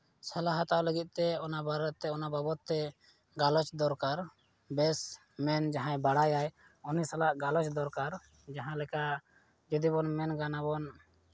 ᱥᱚᱞᱦᱟ ᱦᱟᱛᱟᱣ ᱞᱟᱹᱜᱤᱫᱛᱮ ᱚᱱᱟ ᱵᱟᱵᱚᱫ ᱛᱮ ᱜᱟᱞᱚᱪ ᱫᱚᱨᱠᱟᱨ ᱵᱮᱥ ᱢᱮᱱ ᱡᱟᱦᱟᱸᱭ ᱵᱟᱲᱟᱭᱟᱭ ᱩᱱᱤ ᱥᱟᱞᱟᱜ ᱜᱟᱞᱚᱪ ᱫᱚᱨᱠᱟᱨ ᱡᱟᱦᱟᱸ ᱞᱮᱠᱟ ᱡᱩᱫᱤᱵᱚᱱ ᱢᱮᱱ ᱠᱟᱱᱟ ᱵᱚᱱ